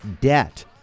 debt